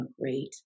great